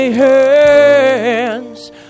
Hands